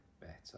better